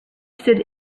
stood